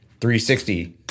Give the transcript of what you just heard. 360